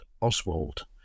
Oswald